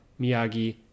Miyagi